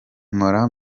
mpora